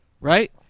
Right